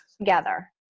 together